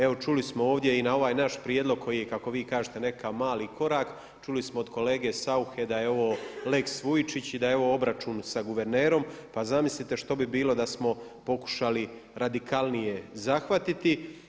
Evo čuli smo ovdje i na ovaj naš prijedlog koji je kako vi kažete nekakav mali korak, čuli smo od kolege Sauche da je ovo lex Vujčić i da je ovo obračun s guvernerom, pa zamislite što bi bilo da smo pokušali radikalnije zahvatiti.